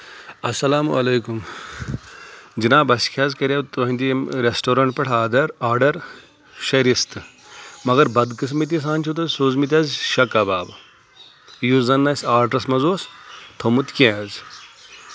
اَسلام علیکُم جِناب اَسہِ کیاہ حظ کَرِو تُہٕنٛدِ ییٚمہِ رؠسٹورنٛٹ پؠٹھ آدر آرڈر شےٚ رِستہٕ مگر بَد قٕسمٕتۍ سان چھُ تۄہہِ سوٗزمٕتۍ حظ شےٚ کبابہٕ یُس زَن نہٕ اَسہِ آڈرَس منٛز اوس تھوٚمُت کینٛہہ حظ